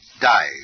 die